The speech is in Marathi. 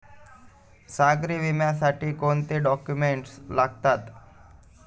सागरी विम्यासाठी कोणते डॉक्युमेंट्स लागतात?